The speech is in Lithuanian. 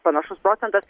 panašus procentas